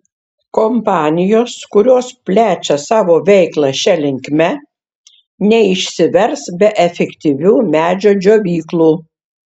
kompanijos kurios plečia savo veiklą šia linkme neišsivers be efektyvių medžio džiovyklų